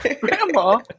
grandma